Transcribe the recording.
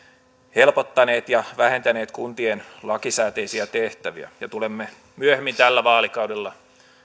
helpottaneet ja vähentäneet kuntien lakisääteisiä tehtäviä ja tulemme myöhemmin tällä vaalikaudella